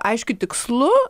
aiškiu tikslu